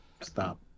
stop